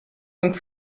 sind